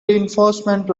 reinforcement